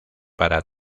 para